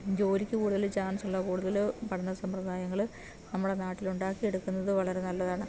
ജോലിക്ക് കൂടുതല് ചാൻസ് ഉള്ള കൂടുതല് പഠന സമ്പ്രദായങ്ങള് നമ്മുടെ നാട്ടിൽ ഉണ്ടാക്കിയെടുക്കുന്നത് വളരെ നല്ലതാണ്